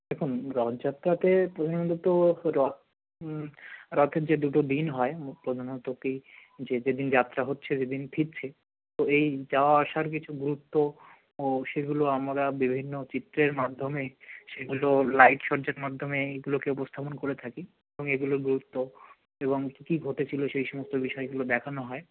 দেখুন রথযাত্রাতে প্রধানত রথ রথের যে দুটো দিন হয় প্রধানত কী যে যেদিন যাত্রা হচ্ছে যেদিন ফিরছে তো এই যাওয়া আসার কিছু গুরুত্ব ও সেগুলো আমরা বিভিন্ন চিত্রের মাধ্যমে সেগুলো লাইট সজ্জার মাধ্যমে এইগুলোকে উপস্থাপন করে থাকি এবং এগুলোর গুরুত্ব এবং কী কী ঘটেছিল সেই সমস্ত বিষয়গুলো দেখানো হয়